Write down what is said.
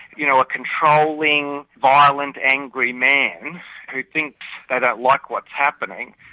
you know, a controlling, violent, angry man who thinks they don't like what's happening,